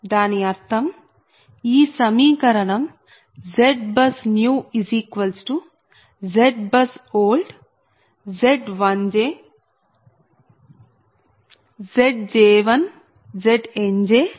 దాని అర్థం ఈ సమీకరణం ZBUSNEWZBUSOLD Z1j Zj1 Zj2 Znj ZjjZb